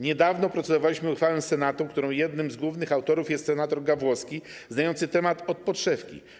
Niedawno procedowaliśmy ustawę Senatu, której jednym z głównych autorów jest senator Gawłowski, znający temat od podszewki.